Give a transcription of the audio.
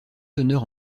teneur